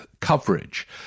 coverage